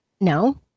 no